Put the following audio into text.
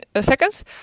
seconds